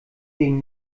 den